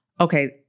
okay